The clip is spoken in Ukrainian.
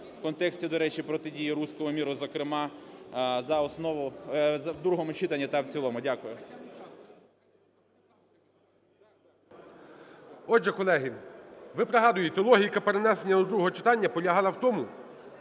в контексті, до речі, протидії "руському миру" зокрема, за основу… в другому читанні та в цілому. Дякую. ГОЛОВУЮЧИЙ. Отже, колеги, ви пригадуєте, логіка перенесення до другого читання полягала в тому,